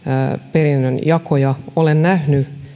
perinnönjakoja olen nähnyt